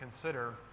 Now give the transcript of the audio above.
consider